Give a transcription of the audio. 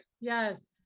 yes